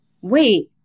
wait